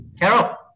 Carol